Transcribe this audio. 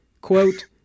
quote